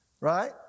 right